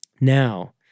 now